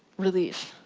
relief.